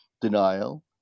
denial